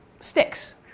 Sticks